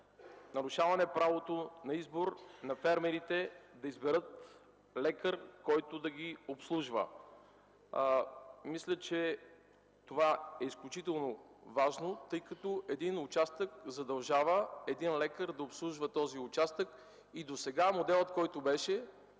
нарушаване правото на избор на фермерите – да изберат лекар, който да ги обслужва. Мисля, че то е изключително важно, тъй като един участък задължава един лекар да обслужва този участък. Досегашният модел беше